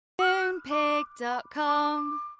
Moonpig.com